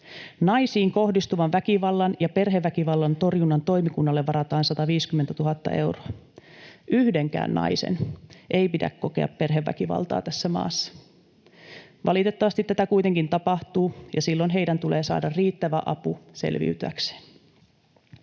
Naisiin kohdistuvan väkivallan ja perheväkivallan torjunnan toimikunnalle varataan 150 000 euroa. Yhdenkään naisen ei pidä kokea perheväkivaltaa tässä maassa. Valitettavasti tätä kuitenkin tapahtuu, ja silloin heidän tulee saada riittävä apu selviytyäkseen.